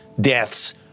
deaths